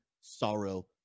sorrow